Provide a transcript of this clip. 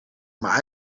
maar